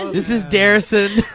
and this is dareson.